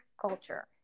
culture